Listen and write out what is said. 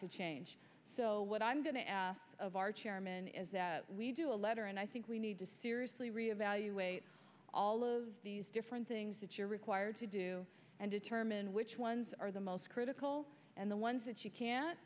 to change so what i'm going to ask of our chairman is that we do a letter and i think we need to seriously re evaluate all of these different things that you're required to do and determine which ones are the most critical and the ones that you can